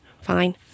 fine